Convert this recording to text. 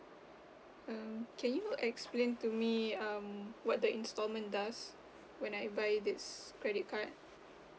um can you explain to me um what the installment does when I buy this credit card